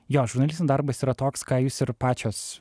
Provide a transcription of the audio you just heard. jo žurnalistų darbas yra toks ką jūs ir pačios